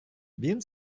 він